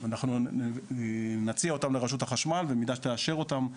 אנחנו נציע אותן לרשות החשמל, במידה ותאשר אותן.